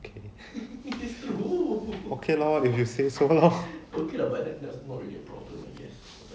okay okay lor if you say so lor